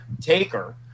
taker